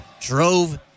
drove